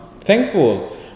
thankful